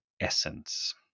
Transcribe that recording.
essence